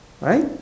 right